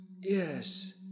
Yes